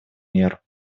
мер